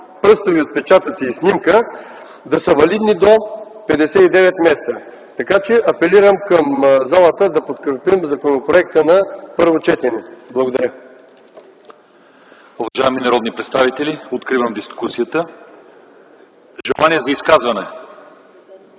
пръстови отпечатъци и снимка да са валидни до 59 месеца. Така че апелирам към залата да подкрепим законопроекта на първо четене. Благодаря.